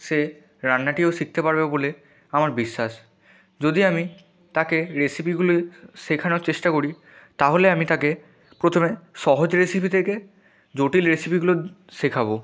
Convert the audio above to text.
সে রান্নাটিও শিখতে পারবে বলে আমার বিশ্বাস যদি আমি তাকে রেসিপিগুলি শেখানোর চেষ্টা করি তাহলে আমি তাকে প্রথমে সহজ রেসিপি থেকে জটিল রেসিপিগুলো শেখাবো